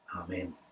Amen